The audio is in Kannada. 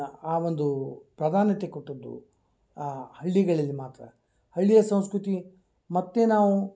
ಆ ಒಂದು ಪ್ರಾಧಾನ್ಯತೆ ಕೊಟ್ಟಿದ್ದುಆ ಹಳ್ಳಿಗಳಲ್ಲಿ ಮಾತ್ರ ಹಳ್ಳಿಯ ಸಂಸ್ಕೃತಿ ಮತ್ತು ನಾವು